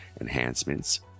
enhancements